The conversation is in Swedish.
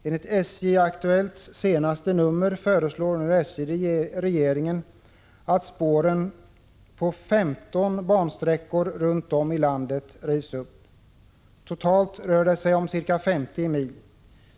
Enligt SJ-nytt:s senaste nummer föreslår nu SJ regeringen att spåren på 15 bansträckor runt om i landet rivs upp. Totalt rör det sig om ca 50 mil järnväg.